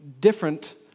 different